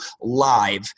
live